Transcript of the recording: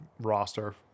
roster